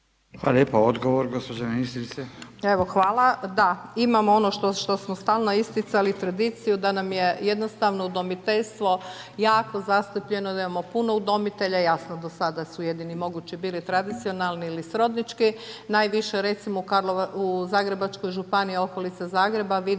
Hvala lijepo gospođa ministrice.